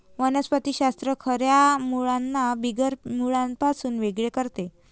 वनस्पति शास्त्र खऱ्या मुळांना बिगर मुळांपासून वेगळे करते